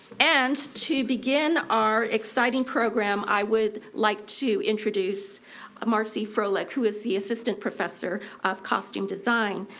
and to begin our exciting program i would like to introduce marcy froelich who is the assistant professor of costume design.